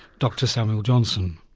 dr samuel johnson.